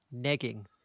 Negging